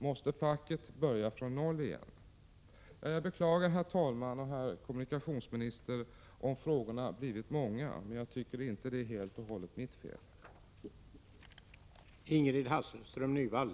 Måste facket börja från noll igen? Jag beklagar, herr talman och herr kommunikationsminister, att frågorna blivit många, men jag tycker inte det är helt och hållet mitt fel.